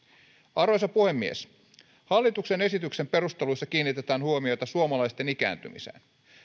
arvoisa puhemies hallituksen esityksen perusteluissa kiinnitetään huomiota suomalaisten ikääntymiseen